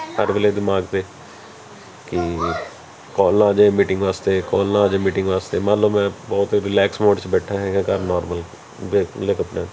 ਹਰ ਵੇਲੇ ਦਿਮਾਗ 'ਤੇ ਕਿ ਕਾਲ ਨਾ ਆ ਜੇ ਮੀਟਿੰਗ ਵਾਸਤੇ ਕਾਲ ਨਾ ਆ ਜੇ ਮੀਟਿੰਗ ਵਾਸਤੇ ਮੰਨ ਲਓ ਮੈਂ ਬਹੁਤ ਰਿਲੈਕਸ ਮੂਡ 'ਚ ਬੈਠਾ ਹੈਗਾ ਘਰ ਨਾਰਮਲ ਖੁੱਲੇ ਕੱਪੜਿਆਂ ਚ